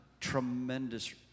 tremendous